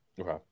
Okay